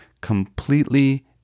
completely